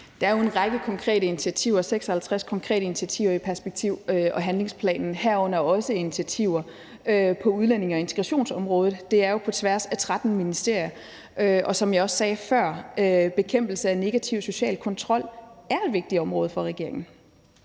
Der er jo en række konkrete initiativer – 56 konkrete initiativer – i perspektiv- og handlingsplanen, herunder også initiativer på udlændinge- og integrationsområdet. Det er jo på tværs af 13 ministerier, og som jeg også sagde før, er bekæmpelse af negativ social kontrol et vigtigt område for regeringen.